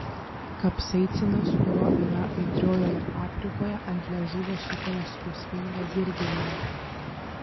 kapsaicinas kurio yra aitriojoje paprikoje ant liežuvio sukelia skausmingą dirginimą